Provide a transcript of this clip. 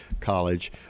college